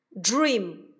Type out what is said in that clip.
dream